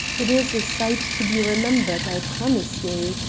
it is a sight to be remembered, i promise you.